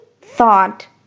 thought